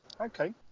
Okay